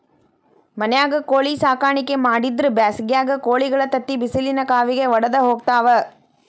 ಮನ್ಯಾಗ ಕೋಳಿ ಸಾಕಾಣಿಕೆ ಮಾಡಿದ್ರ್ ಬ್ಯಾಸಿಗ್ಯಾಗ ಕೋಳಿಗಳ ತತ್ತಿ ಬಿಸಿಲಿನ ಕಾವಿಗೆ ವಡದ ಹೋಗ್ತಾವ